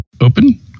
open